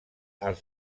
els